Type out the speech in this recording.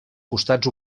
costats